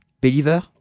Believer